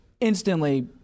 instantly